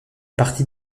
parties